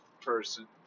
person